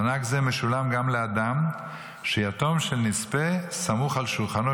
מענק זה משולם גם לאדם שיתום של נספה סמוך על שולחנו,